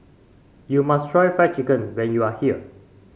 you must try Fried Chicken when you are here